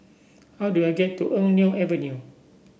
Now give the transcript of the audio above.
how do I get to Eng Neo Avenue